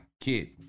kid